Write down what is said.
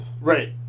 Right